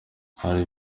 hari